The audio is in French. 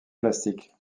plastique